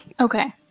Okay